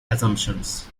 assumptions